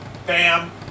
Bam